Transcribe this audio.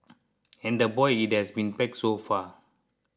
and a boy it has been packed so far